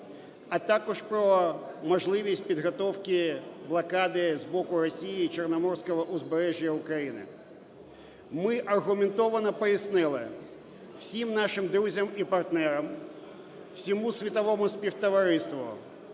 а також про можливість підготовки блокади з боку Росії чорноморського узбережжя України. Ми аргументовано пояснили всім нашим друзям і партнерам, всьому світовому співтовариству,